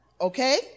okay